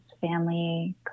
family